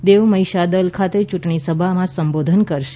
દેવ મહીષાદલ ખાતે ચૂંટણીસભામાં સંબોધન કરશે